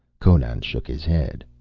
conan shook his head.